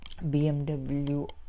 bmw